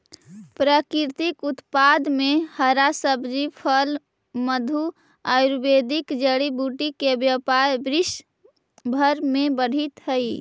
प्राकृतिक उत्पाद में हरा सब्जी, फल, मधु, आयुर्वेदिक जड़ी बूटी के व्यापार विश्व भर में बढ़ित हई